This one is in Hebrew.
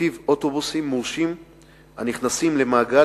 שלפיו אוטובוסים מורשים הנכנסים למעגל